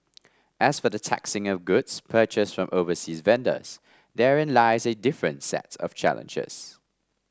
as for the taxing of goods purchased from overseas vendors therein lies a different sets of challenges